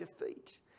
defeat